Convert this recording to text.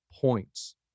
points